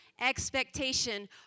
expectation